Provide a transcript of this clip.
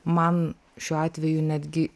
man šiuo atveju netgi